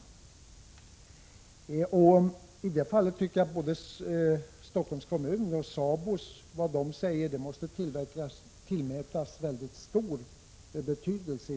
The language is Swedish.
I det sammanhanget tycker jag att både det som Stockholms kommun och det som SABO uttalar måste tillmätas mycket stor betydelse.